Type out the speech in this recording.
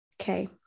okay